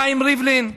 חיים ריבלין,